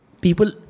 people